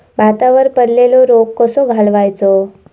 भातावर पडलेलो रोग कसो घालवायचो?